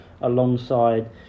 alongside